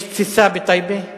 יש תסיסה בטייבה.